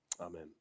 Amen